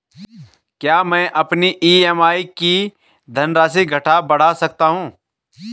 क्या मैं अपनी ई.एम.आई की धनराशि घटा बढ़ा सकता हूँ?